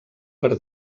per